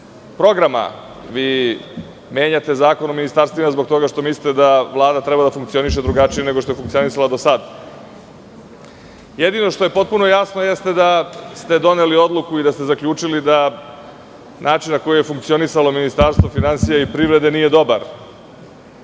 programa. Vi menjate Zakon o ministarstvima zbog toga što mislite da Vlada treba da funkcioniše drugačije nego što je funkcionisala do sada. Jedino što je potpuno jasno jeste da ste doneli odluku i da ste zaključili da način na koji je funkcionisalo Ministarstvo finansija i privrede nije dobar.